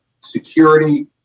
security